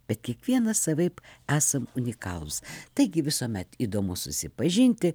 bet kiekvienas savaip esam unikalūs taigi visuomet įdomu susipažinti